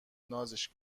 نازش